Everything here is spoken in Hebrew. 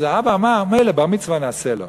אז האבא אמר: מילא, בר-מצווה נעשה לו.